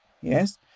Yes